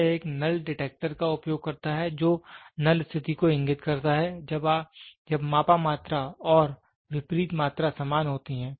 यह एक null detector का उपयोग करता है जो नल स्थिति को इंगित करता है जब मापा मात्रा और विपरीत मात्रा समान होती है